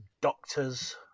doctors